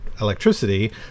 electricity